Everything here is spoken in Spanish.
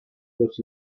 los